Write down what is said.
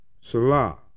Salah